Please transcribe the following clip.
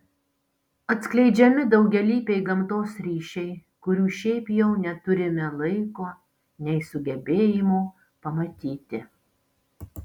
atskleidžiami daugialypiai gamtos ryšiai kurių šiaip jau neturime laiko nei sugebėjimo pamatyti